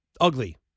ugly